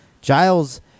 giles